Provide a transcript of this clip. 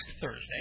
Thursday